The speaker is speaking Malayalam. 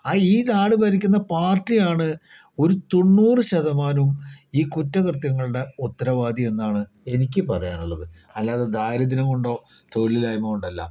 ആ ഈ നാട് ഭരിക്കുന്ന പാർട്ടിയാണ് ഒരു തൊണ്ണൂറു ശതമാനവും ഈ കുറ്റകൃത്യങ്ങളുടെ ഉത്തരവാദി എന്നാണ് എനിക്ക് പറയാനുള്ളത് അല്ലാതെ ദാരിദ്രം കൊണ്ടോ തൊഴിലില്ലായ്മ കൊണ്ടല്ല